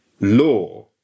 law